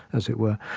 as it were.